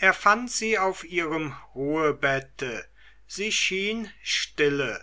er fand sie auf ihrem ruhebette sie schien stille